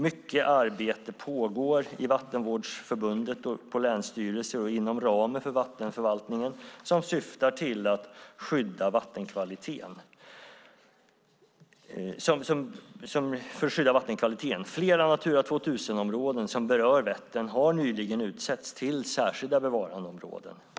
Mycket arbete pågår i Vätternvårdsförbundet och på länsstyrelser och inom ramen för vattenförvaltningen som syftar till att skydda vattenkvaliteten. Flera Natura 2000-områden som berör Vättern har nyligen utsetts till särskilda bevarandeområden.